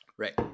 Right